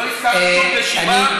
לא הזכרתי שום רשימה.